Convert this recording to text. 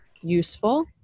useful